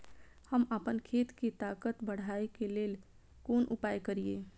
हम आपन खेत के ताकत बढ़ाय के लेल कोन उपाय करिए?